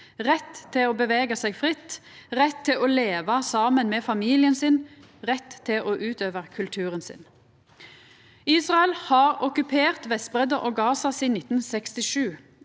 rett til å bevega seg fritt, rett til å leva saman med familien sin, rett til å utøva kulturen sin. Israel har okkupert Vestbredda og Gaza sidan 1967